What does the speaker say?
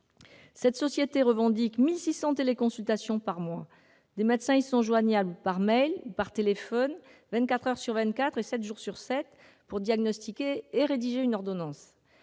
Cette société revendique 1 600 téléconsultations par mois. Des médecins y sont joignables par mail ou par téléphone 24 heures sur 24 et 7 jours sur 7 pour effectuer un diagnostic et rédiger une ordonnance.